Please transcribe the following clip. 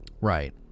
right